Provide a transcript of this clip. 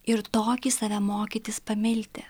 ir tokį save mokytis pamilti